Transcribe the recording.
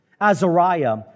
Azariah